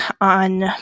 on